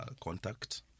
contact